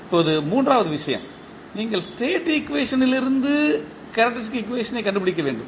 இப்போது மூன்றாவது விஷயம் நீங்கள் ஸ்டேட் ஈக்குவேஷனிலிருந்து கேரக்டரிஸ்டிக் ஈக்குவேஷன் ஐக் கண்டுபிடிக்க வேண்டும்